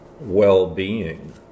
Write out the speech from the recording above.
well-being